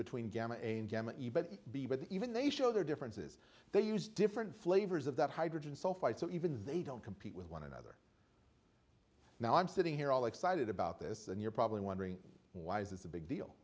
but even they show their differences they use different flavors of that hydrogen sulfide so even they don't compete with one another now i'm sitting here all excited about this and you're probably wondering why is this a big deal